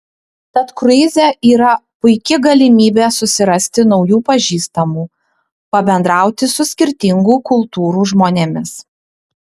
tad kruize yra puiki galimybė susirasti naujų pažįstamų pabendrauti su skirtingų kultūrų žmonėmis